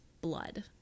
blood